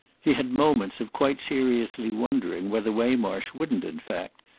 he had moments of quite seriously wondering whether waymarsh wouldn't in fact,